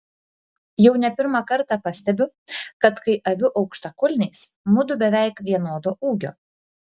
jau ne pirmą kartą pastebiu kad kai aviu aukštakulniais mudu beveik vienodo ūgio